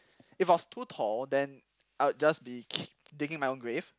if I was too tall then I'd just be ki~ digging my own grave